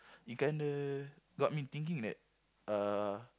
it kinda got me thinking that uh